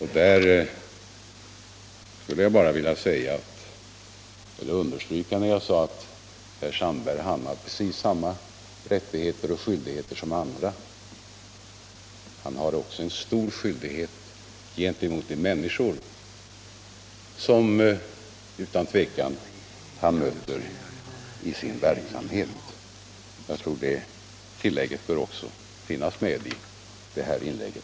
Här skulle jag bara vilja understryka det jag sade: Att dr Sandberg har precis samma rättigheter och skyldigheter som andra. Han har också ett stort ansvar gentemot de människor som han tar emot i sin verksamhet. Jag tror att det tillägget också bör finnas med i det här inlägget.